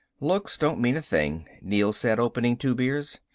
looks don't mean a thing, neel said, opening two beers.